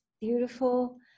beautiful